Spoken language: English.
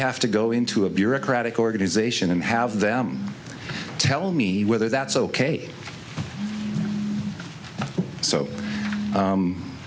have to go into a bureaucratic organization and have them tell me whether that's ok so